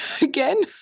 again